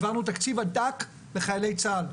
העברנו תקציב עתק לחיילי צה"ל.